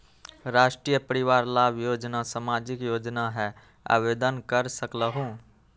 राष्ट्रीय परिवार लाभ योजना सामाजिक योजना है आवेदन कर सकलहु?